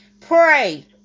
Pray